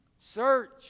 Search